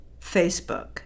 Facebook